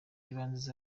ibanze